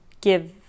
give